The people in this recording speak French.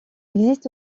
existe